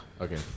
Okay